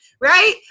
right